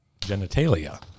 genitalia